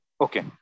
Okay